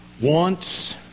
wants